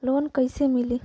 Loan कईसे मिली?